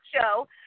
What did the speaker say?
show